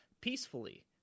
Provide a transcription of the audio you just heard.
peacefully